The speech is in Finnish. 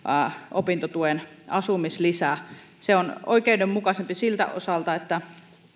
opintotuen asumislisä se on oikeudenmukaisempi siltä osalta että